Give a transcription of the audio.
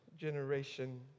generation